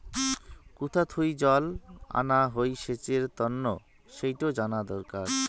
কুথা থুই জল আনা হই সেচের তন্ন সেইটো জানা দরকার